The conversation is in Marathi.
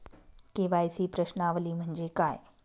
के.वाय.सी प्रश्नावली म्हणजे काय?